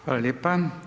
Hvala lijepa.